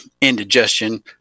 indigestion